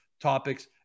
topics